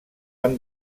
amb